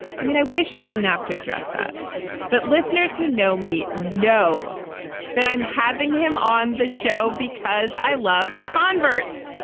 i mean i wish i didn't have to address that but listeners who know me know that i'm having him on the show because i love converts.